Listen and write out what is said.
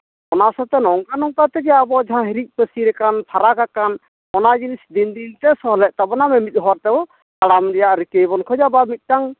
ᱚᱱᱟ ᱥᱟᱶᱛᱮ ᱱᱚᱝᱠᱟ ᱱᱚᱝᱠᱟ ᱛᱮᱜᱮ ᱟᱵᱚ ᱡᱟᱦᱟᱸ ᱦᱤᱨᱤᱡ ᱯᱟᱹᱥᱤᱨᱟᱠᱟᱱ ᱯᱷᱟᱨᱟᱠᱟᱠᱟᱱ ᱚᱱᱟ ᱡᱤᱱᱤᱥ ᱫᱤᱱ ᱫᱤᱱᱛᱮ ᱥᱚᱦᱞᱮᱜ ᱛᱟᱵᱚᱱᱟ ᱢᱤᱢᱤᱫ ᱦᱚ ᱛᱮᱵᱚᱱ ᱛᱟᱲᱟᱢ ᱨᱮᱭᱟᱜ ᱨᱤᱠᱟᱹᱭ ᱵᱚᱱ ᱠᱷᱚᱡᱚᱜᱼᱟ ᱵᱟ ᱢᱤᱫᱴᱟᱝ